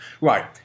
right